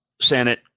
Senate